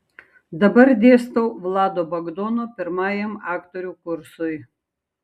dabar dėstau vlado bagdono pirmajam aktorių kursui